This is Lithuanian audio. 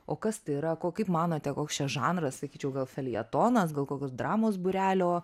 o kas tai yra ko kaip manote koks čia žanras sakyčiau gal feljetonas gal kokios dramos būrelio